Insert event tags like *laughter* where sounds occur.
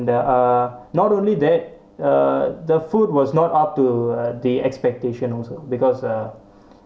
the uh not only that uh the food was not up to uh the expectation also because uh *breath*